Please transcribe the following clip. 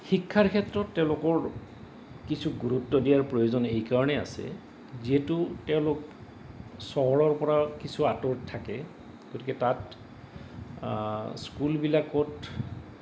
শিক্ষাৰ ক্ষেত্ৰত তেওঁলোকৰ কিছু গুৰুত্ব দিয়াৰ প্ৰয়োজন সেইকাৰণে আছে যিহেতু তেওঁলোক চহৰৰ পৰা কিছু আঁতৰত থাকে গতিকে তাত স্কুলবিলাকত